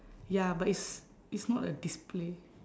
ya but it's it's not a display